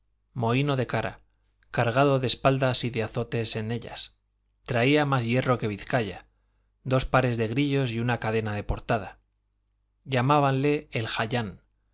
mohíno de cara cargado de espaldas y de azotes en ellas traía más hierro que vizcaya dos pares de grillos y una cadena de portada llamábanle el